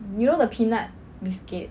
you know the peanut biscuit